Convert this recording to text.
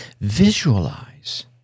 Visualize